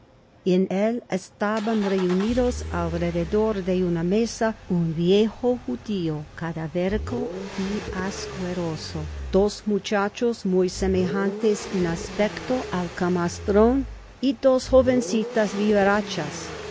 compañero en él estaban reunidos alrededor de una mesa un viejo judío cada ver y asqueroso dos muchachos muy semejantes en aspecto al camastron y dos jovencitas vivarachas